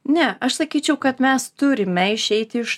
ne aš sakyčiau kad mes turime išeiti iš